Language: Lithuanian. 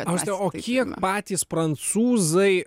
auste o kiek patys prancūzai